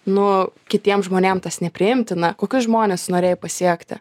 nu kitiem žmonėm tas nepriimtina kokius žmones tu norėjai pasiekti